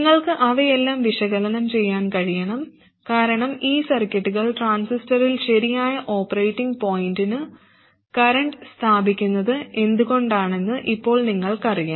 നിങ്ങൾക്ക് അവയെല്ലാം വിശകലനം ചെയ്യാൻ കഴിയണം കാരണം ഈ സർക്യൂട്ടുകൾ ട്രാൻസിസ്റ്ററിൽ ശരിയായ ഓപ്പറേറ്റിംഗ് പോയിന്റ് കറന്റ് സ്ഥാപിക്കുന്നത് എന്തുകൊണ്ടാണെന്ന് ഇപ്പോൾ നിങ്ങൾക്കറിയാം